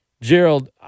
Gerald